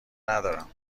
ندارم